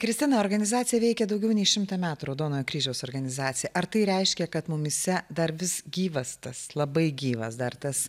kristina organizacija veikia daugiau nei šimtą metų raudonojo kryžiaus organizacija ar tai reiškia kad mumyse dar vis gyvas tas labai gyvas dar tas